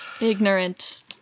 ignorant